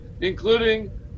including